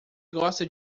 gosta